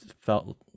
Felt